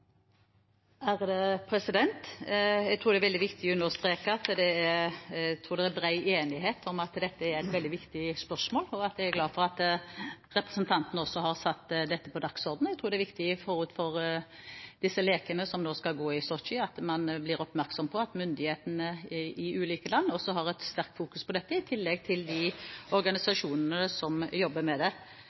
Jeg tror det er veldig viktig å understreke at det er bred enighet om at dette er et veldig viktig spørsmål, og jeg er glad for at representanten også har satt dette på dagsordenen. Jeg tror det er viktig forut for disse lekene som nå skal gå i Sotsji, at man blir oppmerksom på at myndighetene i ulike land også fokuserer sterkt på dette, i tillegg til de organisasjonene som jobber med det.